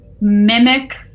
mimic